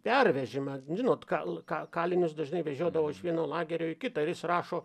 pervežimą žinot ka ka kalinius dažnai vežiodavo iš vieno lagerio į kitą ir jis rašo